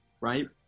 right